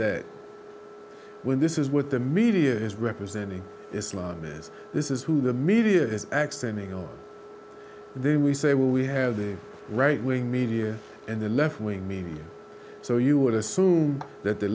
that when this is what the media is representing islam is this is who the media is accenting and then we say well we have the right wing media and the left wing me so you would assume that the